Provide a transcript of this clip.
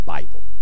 Bible